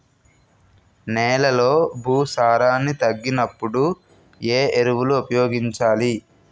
నెలలో భూసారాన్ని తగ్గినప్పుడు, ఏ ఎరువులు ఉపయోగించాలి?